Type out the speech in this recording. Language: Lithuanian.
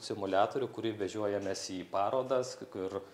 simuliatorių kurį vežiojamės į parodas kur